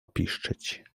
piszczeć